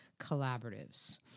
collaboratives